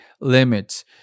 limits